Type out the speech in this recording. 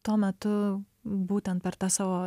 tuo metu būtent per tą savo